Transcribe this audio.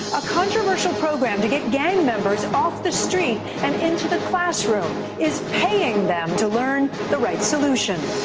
a controversial program to get gang members off the street and into the classroom. is paying them to learn the right solution?